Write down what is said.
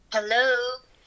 Hello